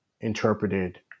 interpreted